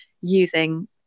using